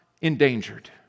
endangered